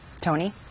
Tony